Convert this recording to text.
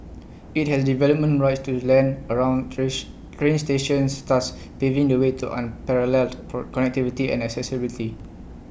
IT has development rights to land around trains train stations thus paving the way to unparalleled connectivity and accessibility